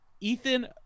Ethan